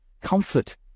Comfort